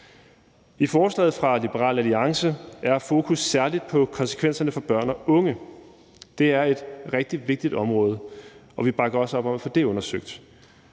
I forslaget fra Liberal Alliance er fokus særlig på konsekvenserne for børn og unge. Det er et rigtig vigtigt område, og vi bakker også op om at få det undersøgt.